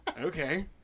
Okay